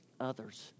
others